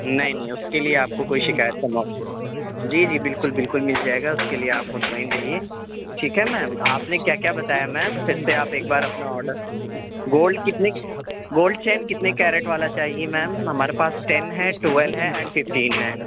نہیں نہیں اُس کے لیے آپ کو کوئی شکایت کا موقع جی جی بالکل بالکل مِل جائے گا اِس کے لیے آپ مطمئن رہیے ٹھیک ہے میم آپ نے کیا کیا بتایا میم پھر سے اپنا آڈر گولڈ کتنے گولڈ چین کتنے کیرٹ والا چاہیے میم ہمارے پاس ٹین ہے ٹویلو ہے اینڈ سکسٹین ہے